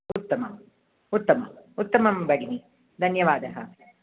उत्तमम् उत्तमम् उत्तमं भगिनी धन्यवादः